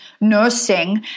nursing